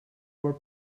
were